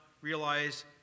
realize